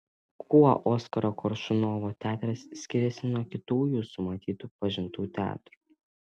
kuo oskaro koršunovo teatras skiriasi nuo kitų jūsų matytų pažintų teatrų